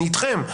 אני אתכם.